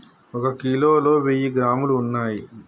ఒక కిలోలో వెయ్యి గ్రాములు ఉన్నయ్